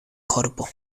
korpo